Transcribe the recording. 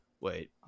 Wait